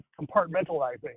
compartmentalizing